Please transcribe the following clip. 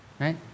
right